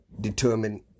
determine